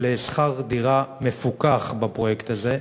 על שכר דירה מפוקח בפרויקט הזה.